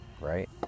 right